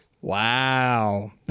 Wow